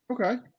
Okay